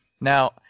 now